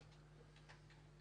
קצר.